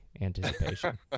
anticipation